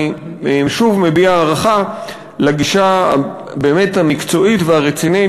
אני שוב מביע הערכה לגישה המקצועית והרצינית